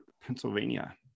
Pennsylvania